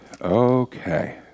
Okay